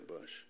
bush